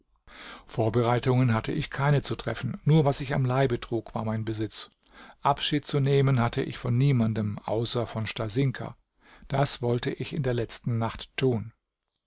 vorbereitungen hatte ich keine zu treffen nur was ich am leibe trug war mein besitz abschied zu nehmen hatte ich von niemandem außer von stasinka das wollte ich in der letzten nacht tun